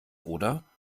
oder